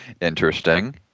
Interesting